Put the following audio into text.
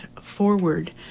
forward